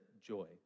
joy